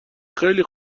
خیلی